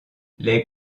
les